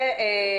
רבה.